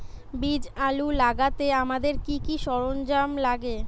বীজ আলু লাগাতে আমাদের কি কি সরঞ্জাম লাগে?